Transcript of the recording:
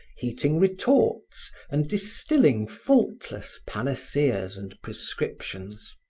heating retorts and distilling faultless panaceas and prescriptions.